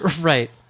right